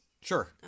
Sure